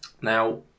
now